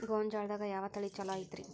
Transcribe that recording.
ಗೊಂಜಾಳದಾಗ ಯಾವ ತಳಿ ಛಲೋ ಐತ್ರಿ?